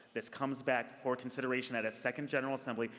this comes back for consideration at a second general assembly.